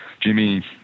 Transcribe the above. jimmy